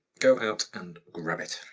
go out and grab it.